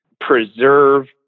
preserve